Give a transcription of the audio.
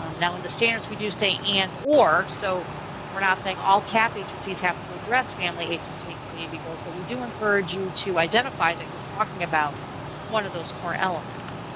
um now in the standards we do say and or so we're not saying all cap agencies have to address family, agency and community goals. but we do encourage you to identify that you're talking about one of those core elements.